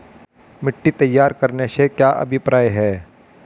मिट्टी तैयार करने से क्या अभिप्राय है?